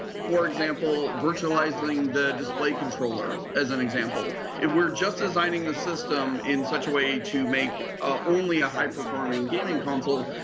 for example, virtualizing the display controller as an example. if we're just designing the system in such a way to make ah only a high-performing gaming console,